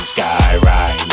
Skyride